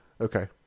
Okay